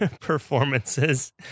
performances